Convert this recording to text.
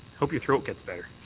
hope your throat gets better.